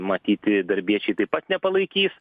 matyti darbiečiai taip pat nepalaikys